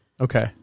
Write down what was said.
Okay